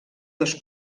dos